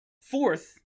fourth